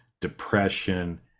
depression